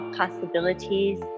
possibilities